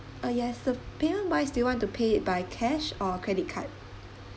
oh yes the bill-wise do you want to pay it by cash or credit card